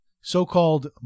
so-called